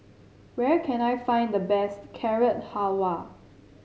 where can I find the best Carrot Halwa